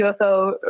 UFO